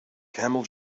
camel